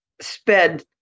Sped